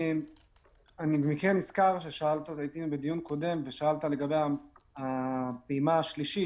אני במקרה נזכר שהייתי בדיון קודם ושאלת לגבי הפעימה השלישית,